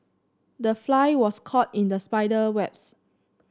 the fly was caught in the spider webs